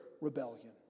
rebellion